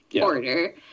order